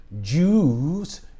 Jews